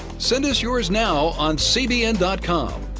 send us yours now on cbn com.